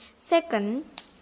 Second